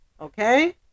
okay